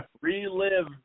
relive